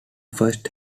first